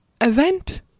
event